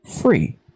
free